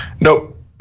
Nope